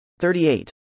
38